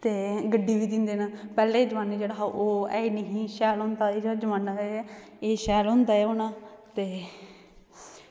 ते गड्डी बी दिंदे न पैह्ले जमान्ने च जेह्ड़ा ओह् निं हा शैल होंदा एह् जेह्ड़ा जमान्ना ऐ एह् शैल होंदा ऐ होना ते